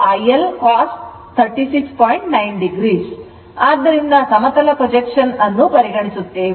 9o ಆದ್ದರಿಂದ ಸಮತಲ projection ಅನ್ನು ಪರಿಗಣಿಸುತ್ತೇವೆ